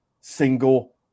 single